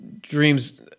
dreams